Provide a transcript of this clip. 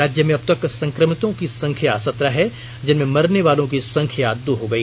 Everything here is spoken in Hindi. राज्य में अबतक संक्रमितों की संख्या सत्रह है जिनमें मारने वालों की संख्या दो हो गई